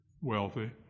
wealthy